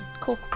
Cool